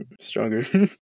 stronger